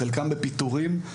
חלקם בפיטורים,